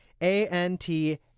A-N-T